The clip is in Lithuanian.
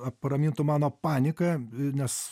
apramintų mano paniką nes